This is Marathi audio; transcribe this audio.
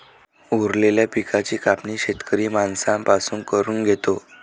उरलेल्या पिकाची कापणी शेतकरी माणसां पासून करून घेतो